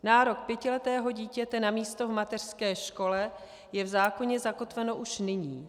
Nárok pětiletého dítěte na místo v mateřské škole je v zákoně zakotven už nyní.